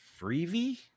Freebie